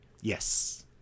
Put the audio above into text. Yes